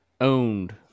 owned